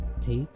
take